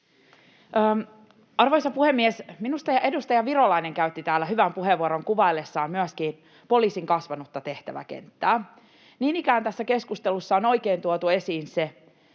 Arvoisa puhemies! Minusta edustaja Virolainen käytti täällä hyvän puheenvuoron kuvaillessaan myöskin poliisin kasvanutta tehtäväkenttää. Niin ikään tässä keskustelussa on oikein tuotu esiin se,